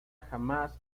jamás